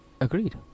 Agreed